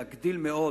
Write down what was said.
להגביר מאוד